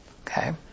Okay